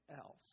else